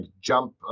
jump